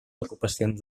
ocupacions